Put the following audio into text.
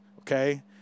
okay